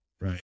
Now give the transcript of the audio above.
Right